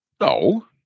No